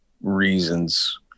reasons